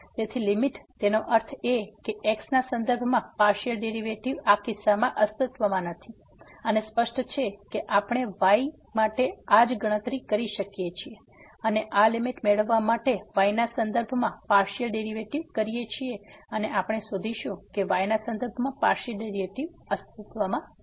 તેથી લીમીટ તેનો અર્થ એ કે x ના સંદર્ભમાં પાર્સીઅલ ડેરીવેટીવ આ કિસ્સામાં અસ્તિત્વમાં નથી અને સ્પષ્ટ છે કે આપણે y માટે આ જ ગણતરી કરી શકીએ અથવા આ લીમીટ મેળવવા માટે y ના સંદર્ભમાં પાર્સીઅલ ડેરીવેટીવ કરીએ છીએ અને આપણે શોધીશું કે y ના સંદર્ભમાં પાર્સીઅલ ડેરીવેટીવ અસ્તિત્વમાં નથી